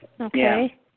Okay